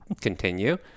Continue